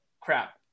crap